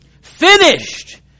finished